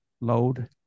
load